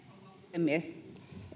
puhemies